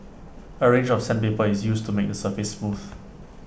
A range of sandpaper is used to make the surface smooth